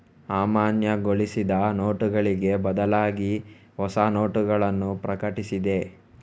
ಅಮಾನ್ಯಗೊಳಿಸಿದ ನೋಟುಗಳಿಗೆ ಬದಲಾಗಿಹೊಸ ನೋಟಗಳನ್ನು ಪ್ರಕಟಿಸಿದೆ